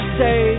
say